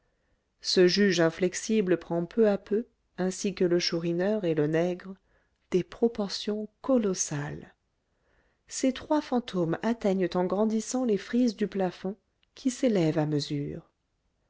ce juge inflexible prend peu à peu ainsi que le chourineur et le nègre des proportions colossales ces trois fantômes atteignent en grandissant les frises du plafond qui s'élève à mesure